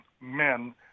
men